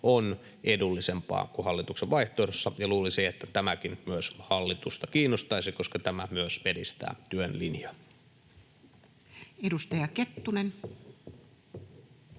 on edullisempaa kuin hallituksen vaihtoehdossa. Luulisi, että tämäkin nyt myös hallitusta kiinnostaisi, koska tämä myös edistää työn linjaa. Edustaja Kettunen.